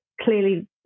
clearly –